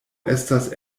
estas